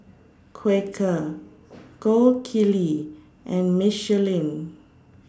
Quaker Gold Kili and Michelin